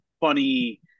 funny